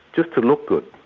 just to look good.